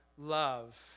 love